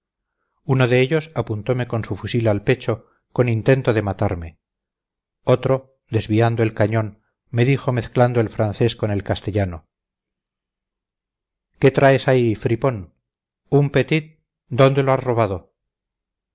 uno de ellos apuntome con su fusil al pecho con intento de matarme otro desviando el cañón me dijo mezclando el francés con el castellano qué traes ahí fripon un petit dónde lo has robado